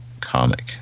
comic